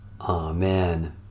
Amen